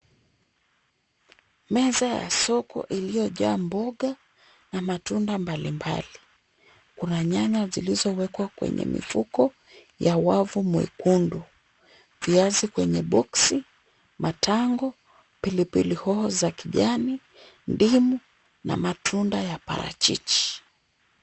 Meza ya soko iliyojaa mboga na matunda mbalimbali. Kuna nyanya zilizowekwa kwenye mifuko ya wavu mwekundu. Viazi kwenye boxi, matango, pilipili hoho za kijani, ndimu na matunda ya parachichi.